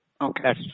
Okay